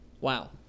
Wow